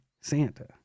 Santa